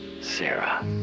Sarah